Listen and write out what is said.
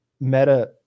meta